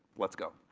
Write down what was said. let's go.